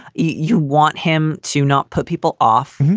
you want him to not put people off.